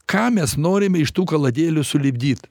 ką mes norime iš tų kaladėlių sulipdyt